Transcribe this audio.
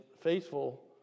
faithful